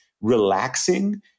relaxing